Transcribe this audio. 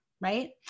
right